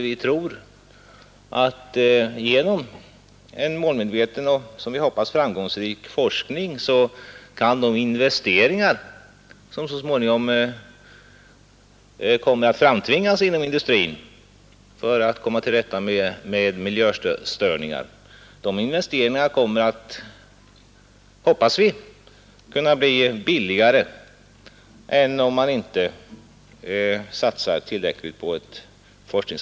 Vi tror nämligen att de investeringar som så småningom kommer att framtvingas inom industrin för att man skall komma till rätta med miljöstöringar kan bli lägre om man satsar på en målmedveten och, som vi hoppas, framgångsrik forskning.